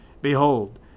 Behold